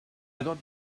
got